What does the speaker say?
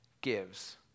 gives